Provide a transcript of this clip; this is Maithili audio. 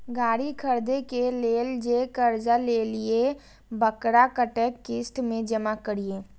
गाड़ी खरदे के लेल जे कर्जा लेलिए वकरा कतेक किस्त में जमा करिए?